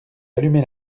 allumé